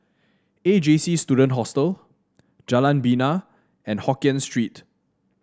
A J C Student Hostel Jalan Bena and Hokkien Street